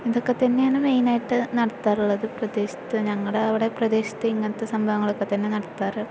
ഇതൊക്കെ തന്നെയാണ് മെയിന് ആയിട്ട് നടത്താറുള്ളത് പ്രദേശത്ത് ഞങ്ങളുടെ അവിടെ പ്രദേശത്ത് ഇങ്ങനത്തെ സംഭവങ്ങള് ഒക്കെ തന്നെയാണ് നടത്താറ്